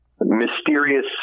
mysterious